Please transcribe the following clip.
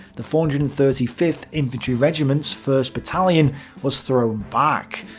the four hundred and thirty fifth infantry regiment's first battalion was thrown back.